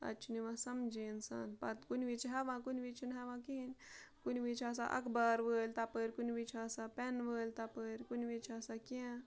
اَتہِ چھُنہٕ یِوان سَمجھے اِنسان پَتہٕ کُنہِ وِزِ چھِ ہٮ۪وان کُنہِ وِزِ چھُنہٕ ہٮ۪وان کِہیٖنۍ کُنہِ وِزِ چھِ آسان اخبار وٲلۍ تَپٲرۍ کُنہِ وِزِ چھِ آسان پٮ۪نہٕ وٲلۍ تَپٲرۍ کُنہِ وِز چھِ آسان کینٛہہ